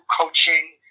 coaching